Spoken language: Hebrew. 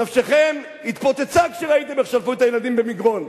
נפשכם התפוצצה כשראיתם איך שלפו את הילדים במגרון,